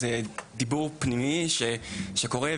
זה דיבור פנימי שקורה,